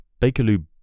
Bakerloo